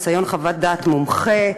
חסיון חוות דעת מומחה),